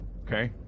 Okay